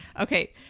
Okay